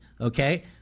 Okay